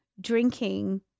drinking